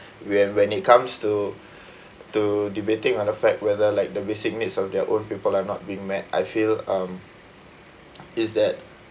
where when it comes to to debating on the fact whether like the basic needs of their own people are not being met I feel um is that